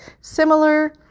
similar